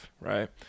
Right